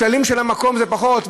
הכללים של המקום זה פחות?